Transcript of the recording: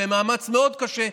במאמץ מאוד קשה,